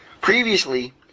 Previously